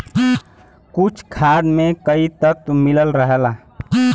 कुछ खाद में कई तत्व मिलल रहला